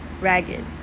ragged